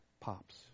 pops